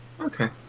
Okay